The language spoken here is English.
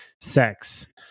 sex